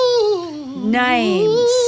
names